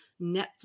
Netflix